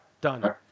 done